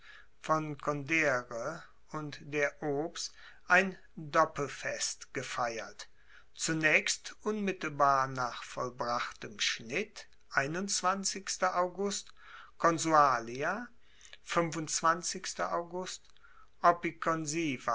von condere und der ops ein doppelfest gefeiert zunaechst unmittelbar nach vollbrachtem schnitt